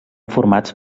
formats